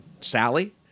Sally